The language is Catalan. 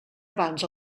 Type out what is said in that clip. abans